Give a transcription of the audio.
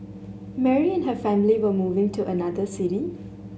Mary and her family were moving to another city